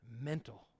mental